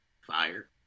fire